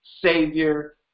Savior